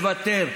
לוותר.